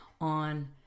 on